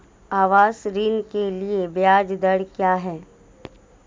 आवास ऋण के लिए ब्याज दर क्या हैं?